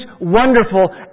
wonderful